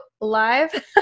live